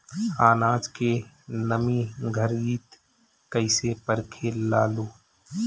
आनाज के नमी घरयीत कैसे परखे लालो?